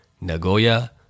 Nagoya